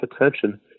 attention